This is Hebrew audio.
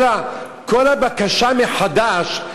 כל הבקשה מחדש,